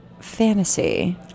Fantasy